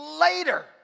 later